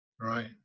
Right